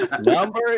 Number